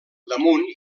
damunt